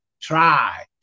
Try